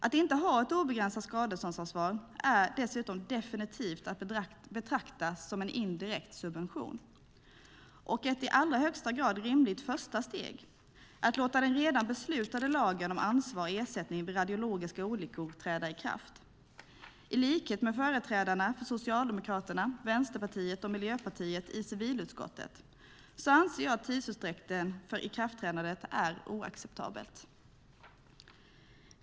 Att inte ha ett obegränsat skadeståndsansvar är dessutom definitivt att betrakta som en indirekt subvention. Ett i allra högsta grad rimligt första steg är att låta den redan beslutade lagen om ansvar och ersättning vid radiologiska olyckor träda i kraft. I likhet med företrädarna för Socialdemokraterna, Vänsterpartiet och Miljöpartiet i civilutskottet anser jag att tidsutdräkten för ikraftträdandet är oacceptabel.